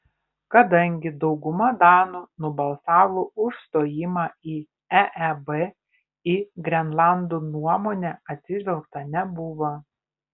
kadangi dauguma danų nubalsavo už stojimą į eeb į grenlandų nuomonę atsižvelgta nebuvo